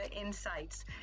insights